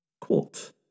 Quote